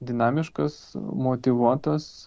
dinamiškas motyvuotas